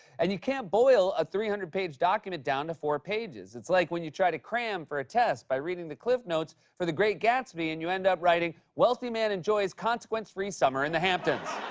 and you can't boil a three hundred page document down to four pages. it's like when you try to cram for a test by reading the cliff notes for the great gatsby and you end up writing, wealthy man enjoys consequence-free summer in the hamptons.